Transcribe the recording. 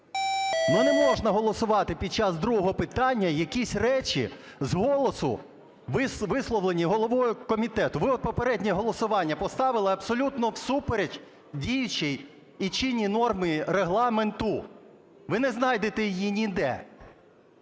Ну, не можна голосувати під час другого питання якісь речі з голосу, висловлені головою комітету. Ви от попереднє голосування поставили абсолютно всупереч діючій і чинній нормі Регламенту, ви не знайдете її ніде,